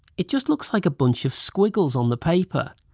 it just looks like a bunch of squiggles on the paper.